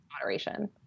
moderation